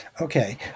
Okay